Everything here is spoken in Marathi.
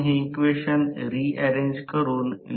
हे शक्ती रोटर बाजूने इनपुट देते